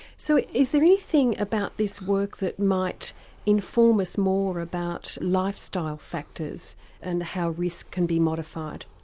so is there anything about this work that might inform us more about lifestyle factors and how risk can be modified?